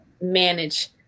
manage